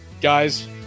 guys